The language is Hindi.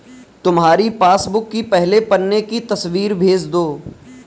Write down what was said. तुम्हारी पासबुक की पहले पन्ने की तस्वीर भेज दो